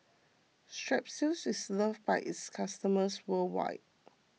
Strepsils is loved by its customers worldwide